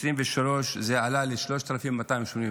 ב-2023 זה עלה ל-3,282,